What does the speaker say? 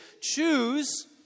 choose